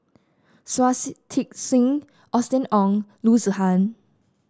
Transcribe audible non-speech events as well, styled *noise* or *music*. Shui *unintelligible* Tit Sing Austen Ong Loo Zihan